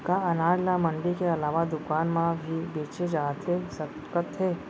का अनाज ल मंडी के अलावा दुकान म भी बेचे जाथे सकत हे?